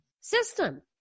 system